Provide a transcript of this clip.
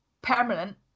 permanent